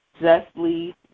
justly